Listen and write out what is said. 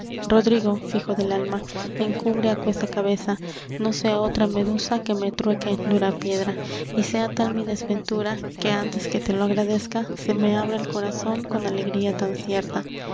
rodrigo fijo del alma encubre aquesa cabeza no sea otra medusa que me trueque en dura piedra y sea tal mi desventura que antes que te lo agradezca se me abra el corazón con alegría tan cierta